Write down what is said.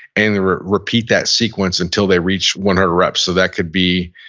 and repeat that sequence until they reach one hundred reps. so that could be,